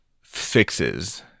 fixes